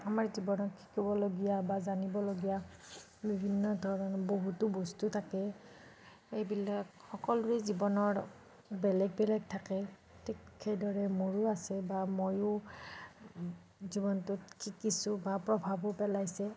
আমাৰ জীৱনত শিকিবলগীয়া বা জানিবলগীয়া বিভিন্ন ধৰণৰ বহুতো বস্তু থাকে সেইবিলাক সকলোৱে জীৱনৰ বেলেগ বেলেগ থাকে ঠিক থিক সেইদৰে মোৰো আছে বা মইও জীৱনটোত শিকিছোঁ বা প্ৰভাৱো পেলাইছে